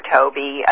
Toby